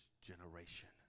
generation